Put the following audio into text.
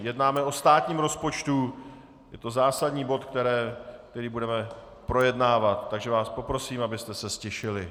Jednáme o státním rozpočtu, je to zásadní bod, který budeme projednávat, takže vás poprosím, abyste se ztišili.